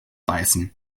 beißen